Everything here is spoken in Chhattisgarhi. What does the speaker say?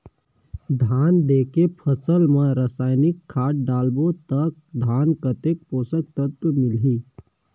धान देंके फसल मा रसायनिक खाद डालबो ता धान कतेक पोषक तत्व मिलही?